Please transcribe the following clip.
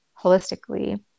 holistically